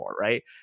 right